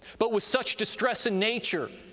but with such distress in nature,